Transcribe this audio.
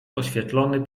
oświetlony